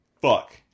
fuck